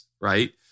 right